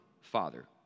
father